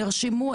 נרשמו,